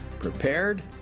Prepared